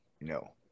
No